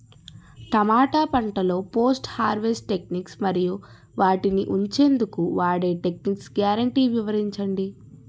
టమాటా పంటలో post harvest techniques మరియు వాటిని ఉంచెందుకు వాడే టెక్నిక్స్ గ్యారంటీ వివరించండి?